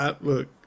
Look